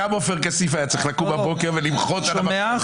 גם עופר כסיף היה צריך לקום בבוקר ולמחות --- אתה שומע,